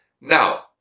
Now